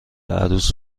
عروس